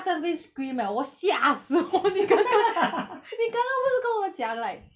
他在那边 scream eh 我吓死我你刚刚你刚刚不是跟我讲 like